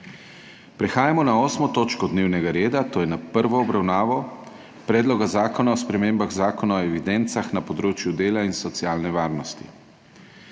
s****prekinjeno 8. točko dnevnega reda, to je s prvo obravnavo Predloga zakona o spremembah Zakona o evidencah na področju dela in socialne varnosti.**